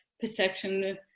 perception